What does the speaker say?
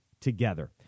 together